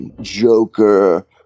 Joker